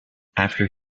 after